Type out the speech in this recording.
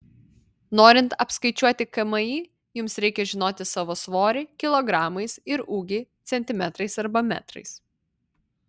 norint apskaičiuoti kmi jums reikia žinoti savo svorį kilogramais ir ūgį centimetrais arba metrais